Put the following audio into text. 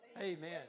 Amen